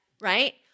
Right